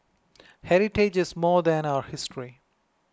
heritage is more than our history